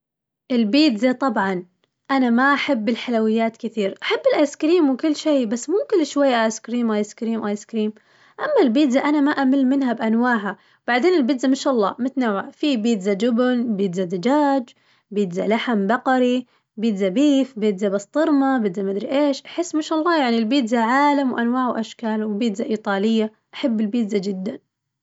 البيتزا طبعاً، أنا ما أحب الحلويات كثير، أحب الآيس كريم وكل شي بس مو كل شوية آيس كريم آيس كريم آيس كريم، أما البيتزا أنا ما أمل منها بأنواعها، بعدين البيتزا ما شاء الله متنوعة في بيتزا جبن، بيتزا دجاج بيتزا لحم بقري، بيتزا بيف بيتزا بسطرمة، بيتزا ما أدري إيش، أحس ما شاء الله البيتزا عالم وأنواع وأشكال وبيتزا إيطالية، أحب البيتزا جداً.